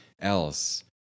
else